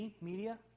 media